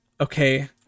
okay